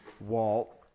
Walt